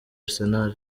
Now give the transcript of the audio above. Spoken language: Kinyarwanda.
arsenal